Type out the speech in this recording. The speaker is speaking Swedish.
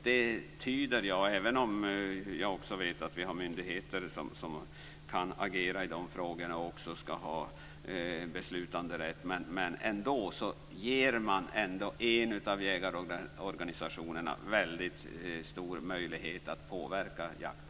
Det tyder jag - även om jag också vet att vi har myndigheter som kan agera i dessa frågor och att de också ska ha beslutanderätt - som att man ger en av jägarorganisationerna väldigt stor möjlighet att påverka jakten.